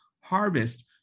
harvest